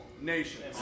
nations